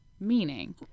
meaning